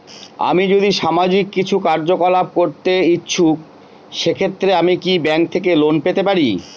আমি যদি সামাজিক কিছু কার্যকলাপ করতে ইচ্ছুক সেক্ষেত্রে আমি কি ব্যাংক থেকে লোন পেতে পারি?